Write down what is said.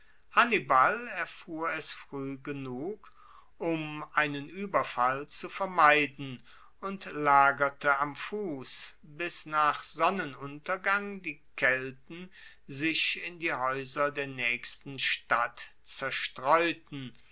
hannibal erfuhr es frueh genug um einen ueberfall zu vermeiden und lagerte am fuss bis nach sonnenuntergang die kelten sich in die haeuser der naechsten stadt zerstreuten